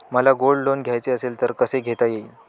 मला gold loan घ्यायचे असेल तर कसे घेता येईल?